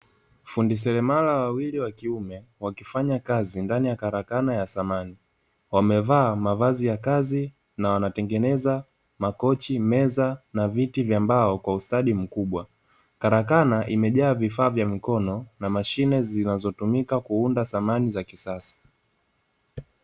Fundi selemala wawili wa kiume wakifanya kazi ndani ya karakana ya samani, wamevaa mavazi ya kazi na wanatengeneza makochi, meza na viti vya mbao kwa ustadi mkubwa, karakana imejaa vifaa vya mikono na mashine zinazotumika kuunda samani za kisasa.